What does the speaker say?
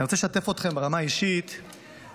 אני רוצה לשתף אתכם ברמה האישית באתגר.